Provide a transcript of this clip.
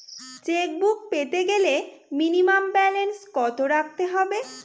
Chequebook পেতে গেলে minimum balance কত রাখতে হবে?